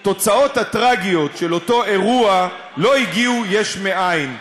התוצאות הטרגיות של אותו אירוע לא הגיעו יש מאין.